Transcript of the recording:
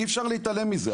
אי אפשר להתעלם מזה.